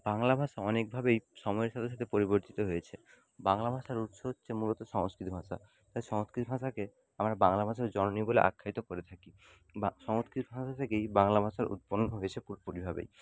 বাংলা ভাষা অনেকভাবেই সময়ের সাথে সাথে পরিবর্তিত হয়েছে বাংলা ভাষার উৎস হচ্ছে মূলত সংস্কৃত ভাষা তাই সংস্কৃত ভাষাকে আমরা বাংলা ভাষার জননী বলে আখ্যায়িত করে থাকি বা সংস্কৃত ভাষা থেকেই বাংলা ভাষার উৎপন্ন হয়েছে পুরোপুরিভাবেই